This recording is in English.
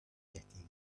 getting